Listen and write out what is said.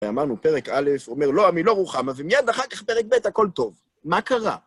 ואמרנו, פרק א', הוא אומר, לא, עמי, לא רוחמה. אז מיד אחר כך פרק ב', הכל טוב. מה קרה?